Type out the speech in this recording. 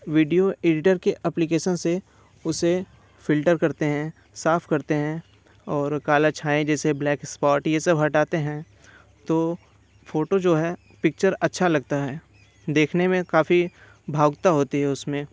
video editor के application से उसे फिल्टर करते हैं साफ करते हैं और काला छाया जैसे ब्लैक स्पॉट यह सब हटाते हैं तो फ़ोटो जो है पिक्चर अच्छा लगता है देखने में काफ़ी भावुकता होती है उसमें